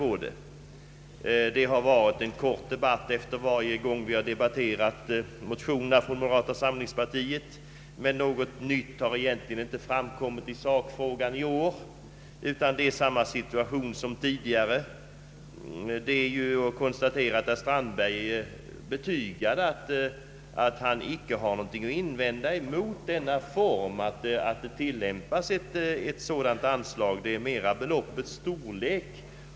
Motionerna från moderata samlingspartiet har föranlett korta debatter. Något nytt har egentligen inte framkommit i sakfrågan i år utan situationen är densamma som tidigare. Herr Strandberg betygade att han inte har någon principiell invändning mot ett sådant här anslag men han ansåg att beloppets storlek skulle anpassas till konjunkturläget.